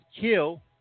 kill